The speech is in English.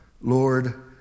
Lord